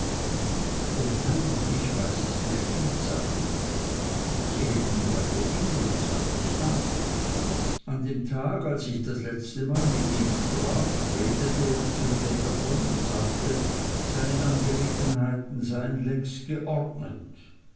o nein ich weiß es bestimmt sagte ich sie hielten beide inne und sahen mich an an dem tag als ich das letzte mal mit ihm sprach redete er zu mir davon und sagte seine angelegenheiten seien längst geordnet